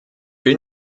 will